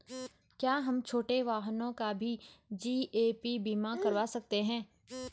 क्या हम छोटे वाहनों का भी जी.ए.पी बीमा करवा सकते हैं?